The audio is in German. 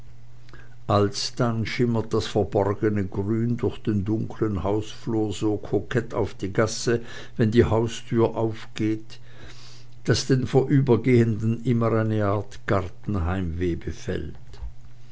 alsdann schimmert das verborgene grün durch den dunklen hausflur so kokett auf die gasse wenn die haustür aufgeht daß den vorübergehenden immer eine art gartenheimweh befällt